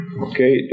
Okay